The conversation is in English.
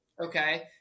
Okay